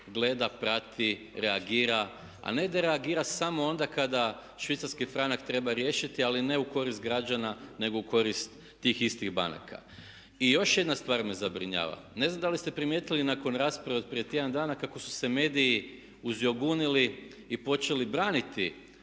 gleda, prati, reagira a ne da reagira samo onda kada švicarski franak treba riješiti ali ne u korist građana nego u korist tih istih banaka. I još jedna stvar me zabrinjava, ne znam da li ste primijetili nakon rasprave od prije tjedan dana kako su se mediji uzjogunili i počeli braniti